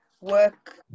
work